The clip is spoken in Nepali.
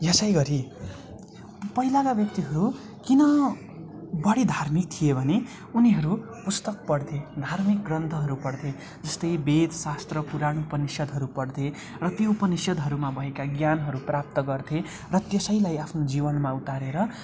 यसैगरी पहिलाका व्यक्तिहरू किन बढी धार्मिक थिए भने उनीहरू पुस्तक पढ्थे धार्मिक ग्रन्थहरू पढ्थे जस्तै वेद शास्त्र पुराण उपनिषदहरू पढ्थे र त्यो उपनिषदहरूमा भएका ज्ञानहरू प्राप्त गर्थे र त्यसैलाई आफ्नो जीवनमा उतारेर